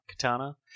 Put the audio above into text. katana